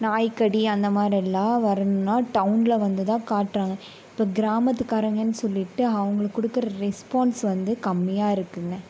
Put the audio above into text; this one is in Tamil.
நாய் கடி அந்த மாதிரிலாம் வரணும்னா டவுனில் வந்துதான் காட்டுறாங்க இப்போ கிராமத்துகாரர்கன்னு சொல்லிட்டு அவங்க கொடுக்கற ரெஸ்பான்ஸ் வந்து கம்மியாக இருக்குங்க